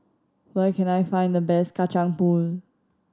where can I find the best Kacang Pool